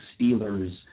Steelers